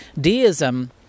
deism